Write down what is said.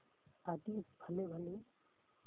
ᱟᱹᱰᱤ ᱵᱷᱟᱞᱮ ᱵᱷᱟᱞᱮ